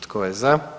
Tko je za?